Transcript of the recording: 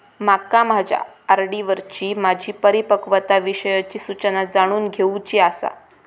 माका माझ्या आर.डी वरची माझी परिपक्वता विषयची सूचना जाणून घेवुची आसा